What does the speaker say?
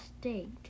State